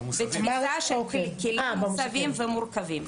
זו תפיסה של כלים מוסבים ומורכבים.